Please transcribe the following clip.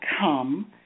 come